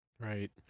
Right